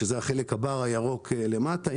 שזה החלק הירוק למטה,